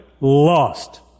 lost